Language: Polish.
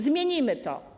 Zmienimy to.